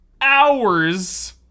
hours